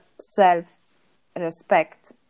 self-respect